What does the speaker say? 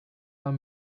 are